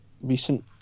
recent